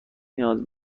نیاز